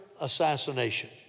assassination